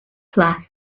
class